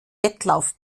wettlauf